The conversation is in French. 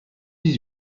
dix